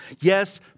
yes